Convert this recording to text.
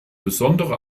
besondere